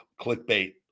clickbait